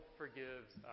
forgives